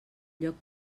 lloc